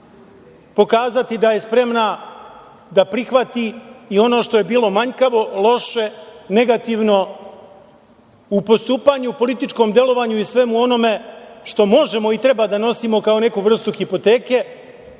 pokazati da je spremna da prihvati i ono što je bilo manjkavo, loše, negativno u postupanju, političkom delovanju i svemu onome što možemo i treba da nosimo kao neku vrstu hipoteke,